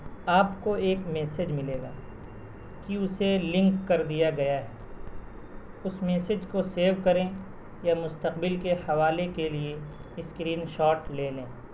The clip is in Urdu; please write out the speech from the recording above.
آپ کو ایک میسیج ملے گا کہ اسے لنک کر دیا گیا ہے اس میسیج کو سیو کریں یا مستقبل کے حوالے کے لیے اسکرین شاٹ لے لیں